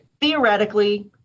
theoretically